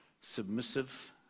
submissive